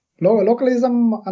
Localism